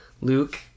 Luke